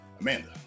Amanda